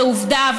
זו עובדה.